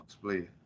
please